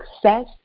success